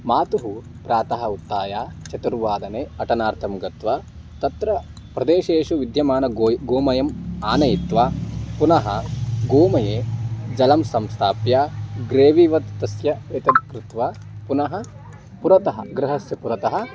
म तुः प्रातः उत्थाय चतुर्वादने अटनार्थं गत्वा तत्र प्रदेशेषु विद्यमानं गोय् गोमयम् आनयित्वा पुनः गोमये जलं संस्थाप्य ग्रेविवत् तस्य एतत् कृत्वा पुनः पुरतः गृहस्य पुरतः